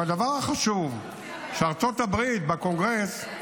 אבל הדבר החשוב הוא שבארצות הברית, בקונגרס,